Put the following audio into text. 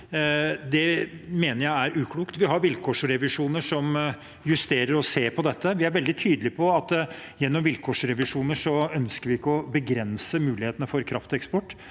dag, mener jeg er uklokt. Vi har vilkårsrevisjoner som justerer og ser på dette. Vi er veldig tydelig på at gjennom vilkårsrevisjoner ønsker vi ikke å begrense mulighetene for kraftproduksjon